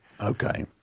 Okay